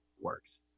works